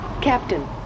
Captain